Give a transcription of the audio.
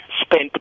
spent